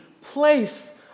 place